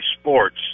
sports